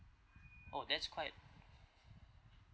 oh that's quite